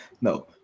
No